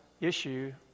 issue